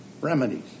remedies